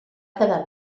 quedar